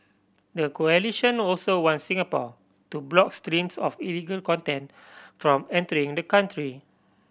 the coalition also want Singapore to block streams of illegal content from entering the country